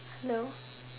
hello